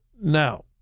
Now